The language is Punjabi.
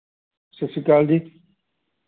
ਸਤਿ ਸ਼੍ਰੀ ਅਕਾਲ ਜੀ